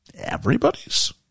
Everybody's